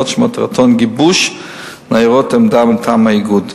שמטרתן גיבוש ניירות עמדה מטעם האיגוד.